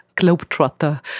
Globetrotter